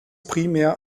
primär